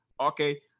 okay